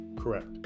correct